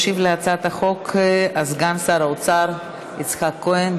ישיב על הצעת החוק סגן שר האוצר יצחק כהן.